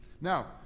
Now